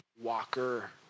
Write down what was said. walker